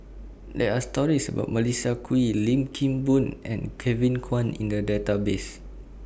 There Are stories about Melissa Kwee Lim Kim Boon and Kevin Kwan in The Database